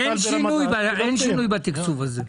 אין שינוי בתקצוב הזה.